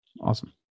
Awesome